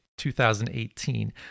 2018